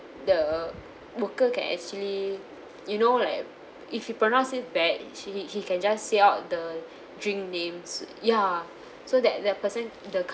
the worker can actually you know like if he pronounce it bad she he he can just say out the drink names ya so that that person the